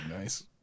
nice